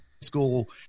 school